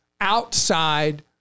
outside